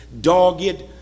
dogged